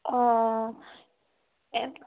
অঁ এই